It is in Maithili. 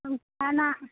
खाना